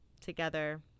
together